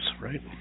right